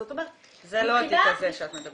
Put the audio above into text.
זאת אומרת --- זה לא התיק הזה שאת מדברת עליו?